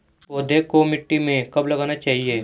पौधे को मिट्टी में कब लगाना चाहिए?